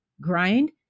grind